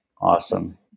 Awesome